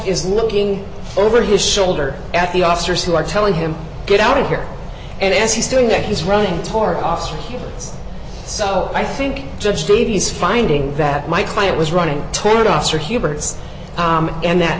is looking over his shoulder at the officers who are telling him get out of here and as he's doing that he's running for office so i think judge t v is finding that my client was running toward officer hubert's and that